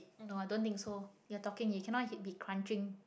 no I don't think so he talking he cannot be crashing